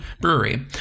Brewery